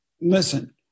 listen